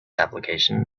application